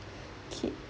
okay